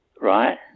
right